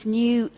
new